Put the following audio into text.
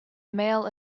male